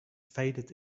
faded